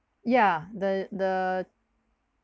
ya the the